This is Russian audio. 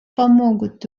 помогут